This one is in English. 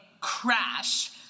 crash